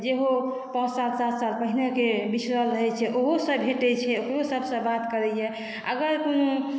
जेहो पाँच सात साल पहिनेके बिसरल रहे छै ओहो सभ भेटै छै ओकरो सभसँ बात करैया अगर कोनो